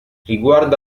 riguardo